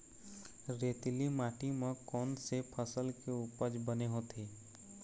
रेतीली माटी म कोन से फसल के उपज बने होथे?